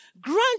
grant